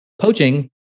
Poaching